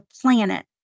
planet